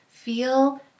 Feel